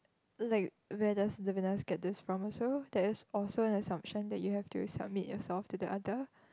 like where does the Venus get this from also there's also an assumption that you have to submit yourself to the other